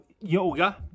yoga